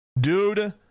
dude